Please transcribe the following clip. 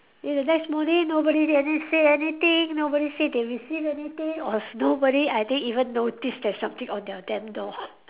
then the next morning nobody really say anything nobody say they receive anything or nobody I think even noticed there's something on their damn door